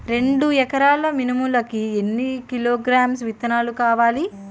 రెండు ఎకరాల మినుములు కి ఎన్ని కిలోగ్రామ్స్ విత్తనాలు కావలి?